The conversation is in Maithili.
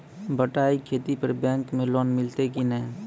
बटाई खेती पर बैंक मे लोन मिलतै कि नैय?